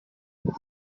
les